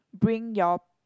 bring your